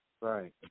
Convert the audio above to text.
Right